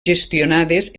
gestionades